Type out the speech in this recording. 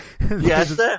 Yes